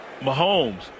Mahomes